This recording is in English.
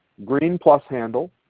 green plus handle,